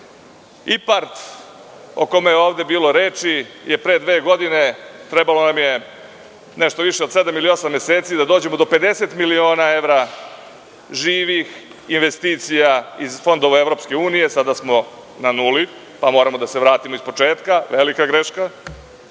„Ipard“, o kome je ovde bilo reči, je pre dve godine, trebalo nam je nešto više od sedam ili osam meseci da dođemo do 50 miliona evra živih investicija iz fondova EU. Sada smo na nuli pa moramo da se vratimo iz početka. Velika greška. Postoji